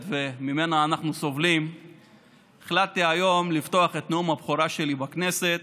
שממנה אנחנו סובלים החלטתי היום לפתוח את נאום הבכורה שלי בכנסת